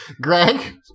Greg